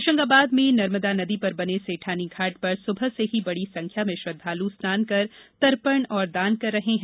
होशंगाबाद में नर्मदा नदी पर बने सेठानी घाट पर सुबह से ही बड़ी संख्या में श्रद्वालु स्नान कर तर्पण और दान कर रहे है